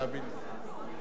תאמין לי.